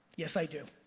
yes, i do.